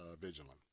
vigilant